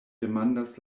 demandas